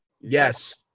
yes